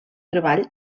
treball